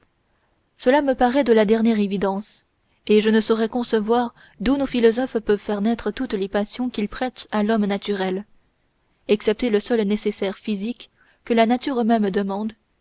cela me paraît de la dernière évidence et je ne saurais concevoir d'où nos philosophes peuvent faire naître toutes les passions qu'ils prêtent à l'homme naturel excepté le seul nécessaire physique que la nature même demande